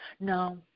No